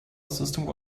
system